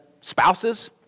spouses